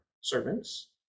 servants